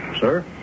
Sir